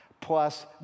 plus